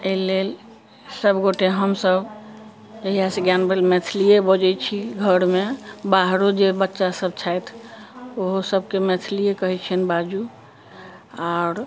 एहि लेल सभ गोटे हम सभ जहियासँ ज्ञान भेल मैथिलियै बजै छी घरमे बाहरो जे बच्चा सभ छथि ओहो सभके मैथलियै कहै छियेन बाजू आर